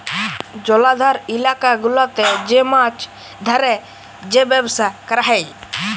জলাধার ইলাকা গুলাতে যে মাছ ধ্যরে যে ব্যবসা ক্যরা হ্যয়